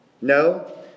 No